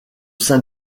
sein